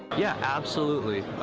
yeah, absolutely.